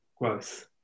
growth